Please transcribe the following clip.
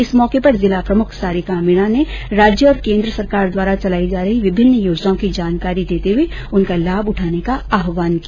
इस मौके पर जिला प्रमुख सारिका मीणा ने राज्य और केन्द्र सरकार द्वारा चलाई जा रही विभिन्न योजनाओं की जानकारी देते हुए उनका लाभ उठाने का आहवान किया